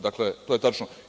Dakle, to je tačno.